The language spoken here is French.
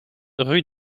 rue